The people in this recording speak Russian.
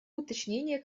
уточнения